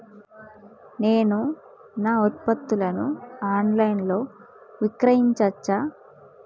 నేను నా ఉత్పత్తులను ఆన్ లైన్ లో విక్రయించచ్చా?